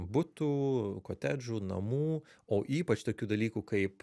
butų kotedžų namų o ypač tokių dalykų kaip